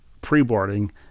pre-boarding